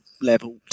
level